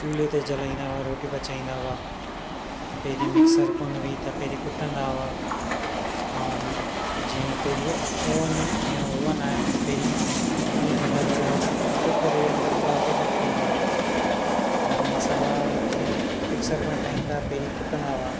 चूल्हे ते जलाईंदा हुय रोटी पचाईंदा हुआ पहिरीं मिक्सर कोनि हुई त पहिरीं कुटंदा हुआ ऐं जीअं पहिरियों ओवन हीअंर ओवन आहे त पहिरीं उनजे अंदर कुकर जे अंदर भापे करे ठाहींदा हुआ ऐं मसाला जीअं मिक्सर में ठहनि था पहिरीं कुटंदा हुआ